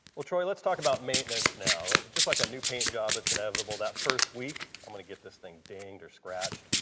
well troy lets talk about maintenance now. just like a new paint job it's inevitable that first week i'm going to get this thing dinged or scracthed,